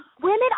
Women